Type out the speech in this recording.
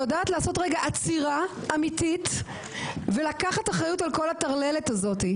יודעת לעשות רגע עצירה אמיתית ולקחת אחריות על כל הטרללת הזאת,